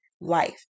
life